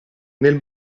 nel